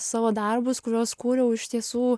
savo darbus kuriuos kūriau iš tiesų